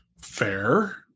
Fair